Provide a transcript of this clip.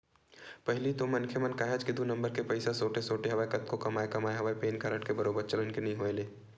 पहिली तो मनखे मन काहेच के दू नंबर के पइसा सोटे सोटे हवय कतको कमाए कमाए हवय पेन कारड के बरोबर चलन के नइ होय ले